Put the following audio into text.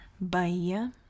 Bahia